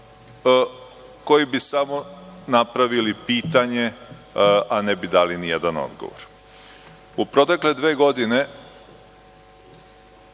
koji bi samo napravili pitanje, a ne bi dali nijedan odgovor.U protekle dve godine